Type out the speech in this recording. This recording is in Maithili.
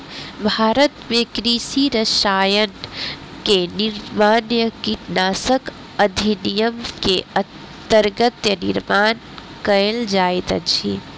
भारत में कृषि रसायन के निर्माण कीटनाशक अधिनियम के अंतर्गत निर्माण कएल जाइत अछि